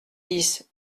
dix